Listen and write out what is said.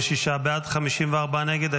46 בעד, 54 נגד.